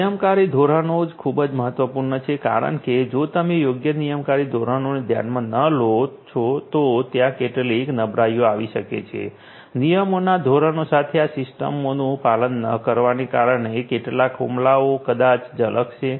નિયમનકારી ધોરણો ખૂબ જ મહત્વપૂર્ણ છે કારણ કે જો તમે યોગ્ય નિયમનકારી ધોરણોને ધ્યાનમાં ન લો તો ત્યાં કેટલીક નબળાઈઓ આવી શકે છે નિયમોના ધોરણો સાથે આ સિસ્ટમોનું પાલન ન કરવાને કારણે કેટલાક હુમલાઓ કદાચ ઝલકશે